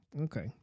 okay